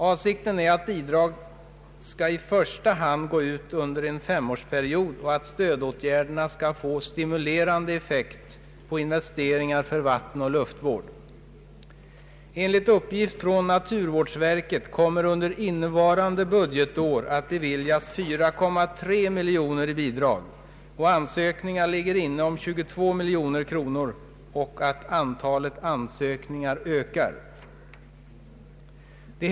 Avsikten är att bidrag i första hand skall gå ut under en femårsperiod och att stödåtgärderna skall få stimulerande effekt på investeringar för vattenoch luftvård. Enligt uppgift från naturvårdsverket kommer under innevarande budgetår att beviljas 4,3 miljoner kronor i bidrag, och ansökningar ligger inne om 22 miljoner kronor. Antalet ansökningar ökar också.